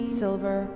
silver